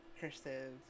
cursive